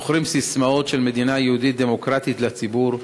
מוכרים ססמאות של מדינה יהודית דמוקרטית לציבור,